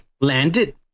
landed